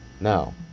Now